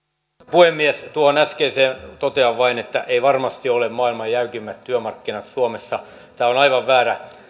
puhemies tuohon äskeiseen totean vain että ei varmasti ole maailman jäykimmät työmarkkinat suomessa tämä on aivan väärä